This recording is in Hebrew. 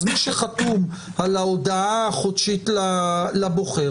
אז מי שחתום על ההודעה החודשית לבוחר,